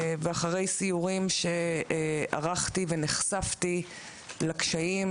אחרי סיורים שערכתי ונחשפתי לקשיים